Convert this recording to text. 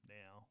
now